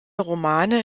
romane